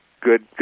good